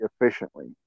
efficiently